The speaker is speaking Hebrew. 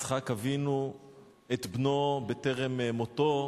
יצחק אבינו את בנו בטרם מותו,